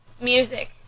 music